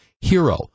hero